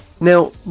Now